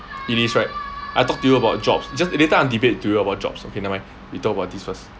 it is right I talk to you about jobs ju~ later I want to debate with you about jobs okay never mind we talk about this first